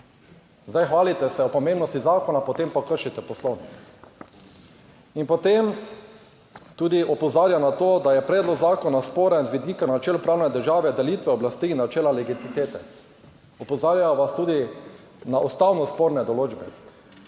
Zdaj hvalite se o pomembnosti zakona, potem pa kršite Poslovnik. In potem tudi opozarja na to, da je predlog zakona sporen z vidika načela pravne države, delitve oblasti in načela legitimitete. Opozarjajo vas tudi na ustavno sporne določbe.